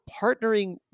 partnering